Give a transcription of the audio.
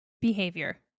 behavior